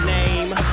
Name